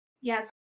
Yes